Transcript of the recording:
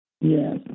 Yes